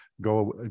go